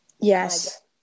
Yes